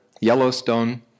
Yellowstone